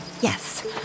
yes